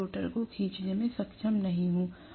मैं रोटर को खींचने में सक्षम नहीं हूं